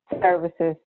services